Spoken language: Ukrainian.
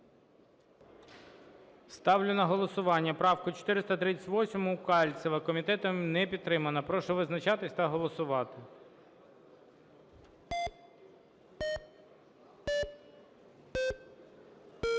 Ставлю на голосування правку 438 Кальцева. Комітетом не підтримана. Прошу визначатися та голосувати. 17:30:20